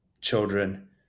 children